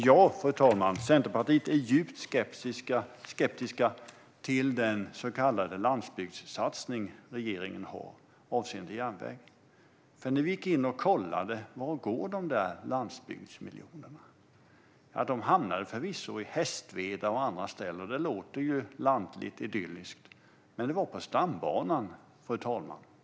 Ja, fru talman, vi i Centerpartiet är djupt skeptiska till regeringens så kallade landsbygdssatsning avseende järnväg. När vi gick in och kollade vart dessa landsbygdsmiljoner går såg vi att de förvisso hamnade i Hästveda och på andra ställen, och det låter ju lantligt och idylliskt. Men de hamnade på stambanan, fru talman.